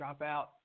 dropout